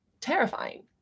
terrifying